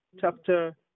chapter